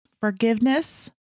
Forgiveness